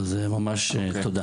אז ממש תודה.